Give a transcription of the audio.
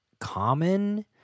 common